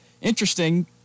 interesting